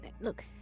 Look